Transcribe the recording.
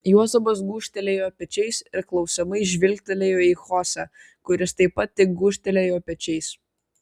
juozapas gūžtelėjo pečiais ir klausiamai žvilgtelėjo į chose kuris taip pat tik gūžtelėjo pečiais